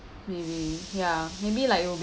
maybe ya maybe like it will